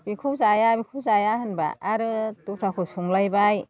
बेखौ जाया बेखौ जाया होनबा आरो दस्राखौ संलायबाय